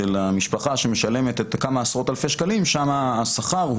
ובשנה השנייה,